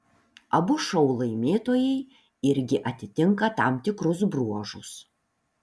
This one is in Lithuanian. abu šou laimėtojai irgi atitinka tam tikrus bruožus